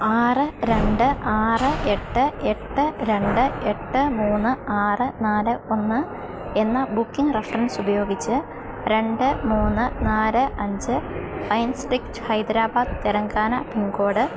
ആറ് രണ്ട് ആറ് എട്ട് എട്ട് രണ്ട് എട്ട് മൂന്ന് ആറ് നാല് ഒന്ന് എന്ന ബുക്കിങ് റെഫറൻസ് ഉപയോഗിച്ച് രണ്ട് മൂന്ന് നാല് അഞ്ച് pine street Hyderabad Telangana pincode